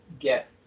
get